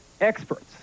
experts